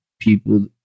people